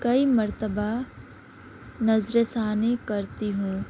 کئی مرتبہ نظر ثانی کرتی ہوں